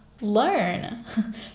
learn